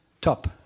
top